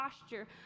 posture